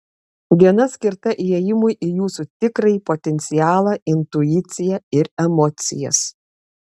diena skirta įėjimui į jūsų tikrąjį potencialą intuiciją ir emocijas